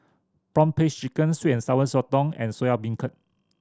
prawn paste chicken sweet and Sour Sotong and Soya Beancurd